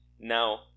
now